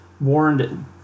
warned